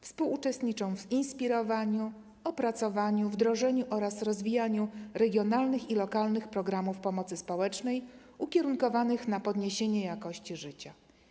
Współuczestniczą w inspirowaniu, opracowywaniu, wdrażaniu oraz rozwijaniu regionalnych i lokalnych programów pomocy społecznej ukierunkowanych na podniesienie jakości życia.